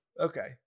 Okay